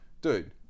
Dude